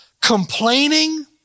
Complaining